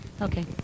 Okay